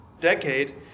decade